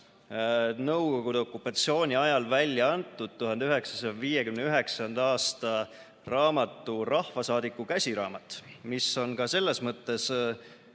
Nõukogude okupatsiooni ajal välja antud 1959. aasta raamatu "Rahvasaadiku käsiraamat", mis on ka selles mõttes